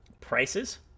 prices